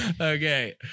Okay